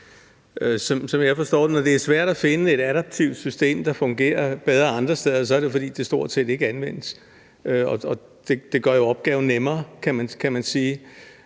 Når det er svært at finde et adaptivt system, der fungerer bedre andre stedet, er det, som jeg forstår det, fordi det stort set ikke anvendes – og det gør jo opgaven nemmere,